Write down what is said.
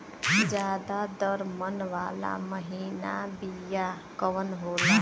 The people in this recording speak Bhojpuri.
ज्यादा दर मन वाला महीन बिया कवन होला?